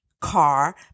car